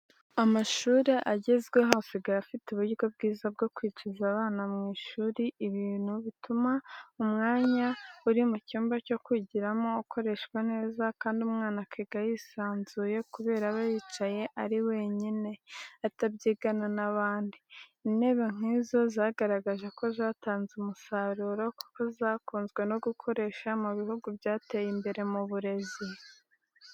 Amashuri agezweho asigaye afite uburyo bwiza bwo kwicaza abana mu ishuri, ibintu bituma umwanya uri mu cyumba cyo kwigiramo ukoreshwa neza, kandi umwana akiga yisanzuye kubera aba yicaye ari wenyine atabyigana n'abandi; intebe nk'izo zagaragaje ko zatanze umusaruro, kuko zakunze no gukoreshwa mu bihugu byateye imbere mu burezi.